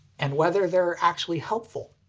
and whether they're actually helpful.